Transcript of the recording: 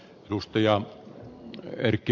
arvoisa puhemies